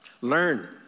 Learn